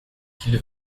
qu’il